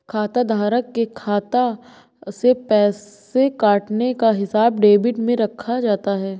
खाताधारक के खाता से पैसे कटने का हिसाब डेबिट में रखा जाता है